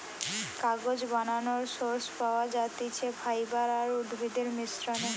কাগজ বানানোর সোর্স পাওয়া যাতিছে ফাইবার আর উদ্ভিদের মিশ্রনে